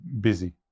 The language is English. busy